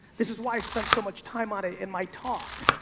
this is why i spent so much time on it in my talk.